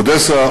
אודסה,